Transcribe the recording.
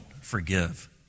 forgive